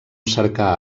cercar